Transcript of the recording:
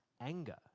anger